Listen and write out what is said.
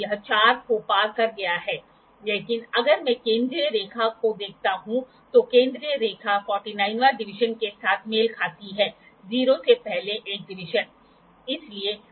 और अगर आप इस एंगल का पता लगाना चाहते हैं तो मैं इसे A कहता हूं तो sin θ या A θ h के बराबर है जहां h रोलर्स के बीच ऊंचाई अंतर के अलावा कुछ भी नहीं है और L रोलर्स के बीच की दूरी है